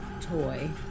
toy